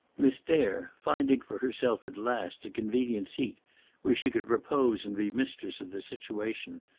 miss dare, finding for herself at last a convenient seat where she could repose and be mistress of the situation,